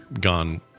gone